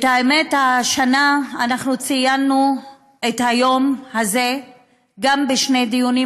האמת היא שהשנה ציינו את היום הזה בשני דיונים,